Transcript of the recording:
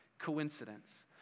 coincidence